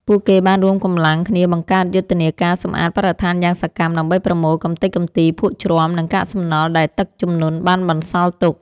ពួកគេបានរួមកម្លាំងគ្នាបង្កើតយុទ្ធនាការសម្អាតបរិស្ថានយ៉ាងសកម្ម ដើម្បីប្រមូលកម្ទេចកម្ទី ភក់ជ្រាំ និងកាកសំណល់ដែលទឹកជំនន់បានបន្សល់ទុក។